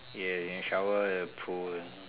ya you can shower at the pool